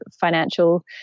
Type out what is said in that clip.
financial